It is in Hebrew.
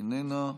איננה,